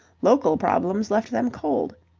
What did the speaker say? local problems left them cold.